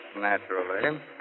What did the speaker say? naturally